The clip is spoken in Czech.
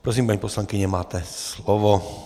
Prosím, paní poslankyně, máte slovo.